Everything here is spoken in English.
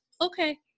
okay